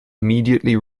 immediately